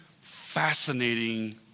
fascinating